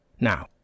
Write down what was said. Now